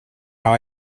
how